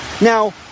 Now